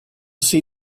see